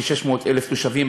כ-600,000 תושבים,